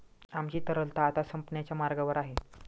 आमची तरलता आता संपण्याच्या मार्गावर आहे